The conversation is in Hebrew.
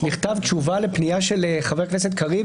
מכתב תשובה לפנייה של חבר הכנסת קריב